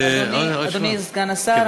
אדוני סגן השר,